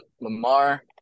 Lamar